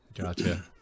Gotcha